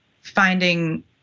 finding